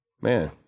man